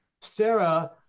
Sarah